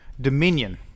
Dominion